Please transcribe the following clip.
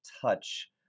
touch